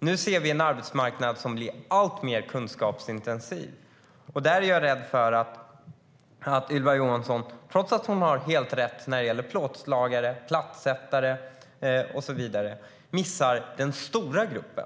Nu ser vi en arbetsmarknad som blir alltmer kunskapsintensiv. Jag är rädd för att Ylva Johansson, trots att hon har helt rätt när det gäller plåtslagare, plattsättare och så vidare, missar den stora gruppen.